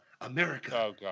America